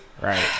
Right